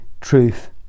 truth